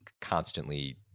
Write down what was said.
constantly